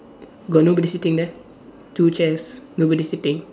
got nobody sitting there two chairs nobody sitting